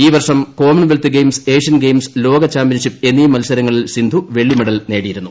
ഈ വർഷം Commonwealth Games Asian Games ലോക ചാമ്പ്യൻഷിപ്പ് എന്നീ മത്സരങ്ങളിൽ സിന്ധു വെള്ളി മെഡൽ നേടിയിരുന്നു